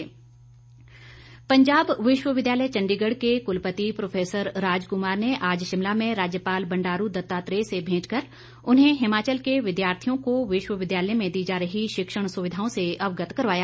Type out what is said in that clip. भेंट पंजाब विश्वविद्यालय चंडीगढ़ के कुलपति प्रोफेसर राजकुमार ने आज शिमला में राज्यपाल बंडारू दत्तात्रेय से भेंट कर उन्हें हिमाचल के विद्यार्थियों को विश्वविद्यालय में दी जा रही शिक्षण सुविधाओं से अवगत करवाया